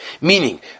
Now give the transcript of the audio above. meaning